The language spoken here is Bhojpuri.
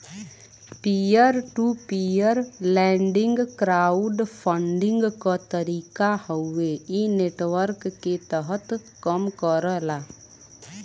peer to peer lending crowd funding क तरीका हउवे इ नेटवर्क के तहत कम करला